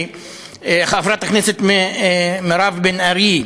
חברת הכנסת מירב בן ארי,